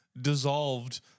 dissolved